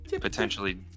potentially